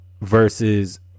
versus